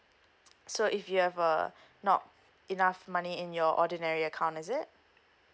so if you have uh not enough money in your ordinary account is it